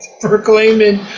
proclaiming